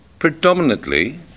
Predominantly